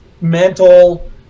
mental